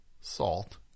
salt